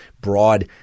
broad